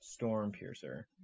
Stormpiercer